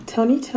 Tony